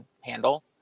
handle